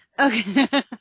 okay